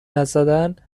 نزدن